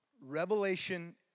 Revelation